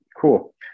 Cool